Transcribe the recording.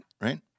right